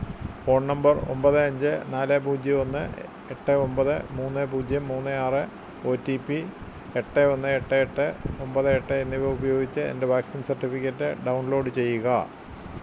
phone number ഒമ്പത് അഞ്ച് നാല് പൂജ്യം ഒന്ന് എട്ട് ഒമ്പത് മൂന്ന് പൂജ്യം മൂന്ന് ആറ് ഓ റ്റി പി എട്ട് ഒന്ന് എട്ട് എട്ട് ഒമ്പത് എട്ട് എന്നിവ ഉപയോഗിച്ചു എന്റെ വാക്സിൻ സർട്ടിഫിക്കറ്റ് ഡൗൺലോഡ് ചെയ്യുക